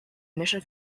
initial